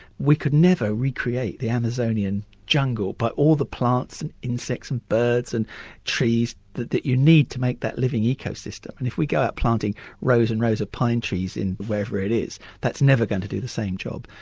we could never recreate the amazonian jungle, but all the plants, and insects, and birds and trees that that you need to make that living ecosystem, and if we go out planting rows and rows of pine trees in wherever it is, that's never going to do the same job.